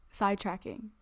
Sidetracking